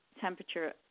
temperature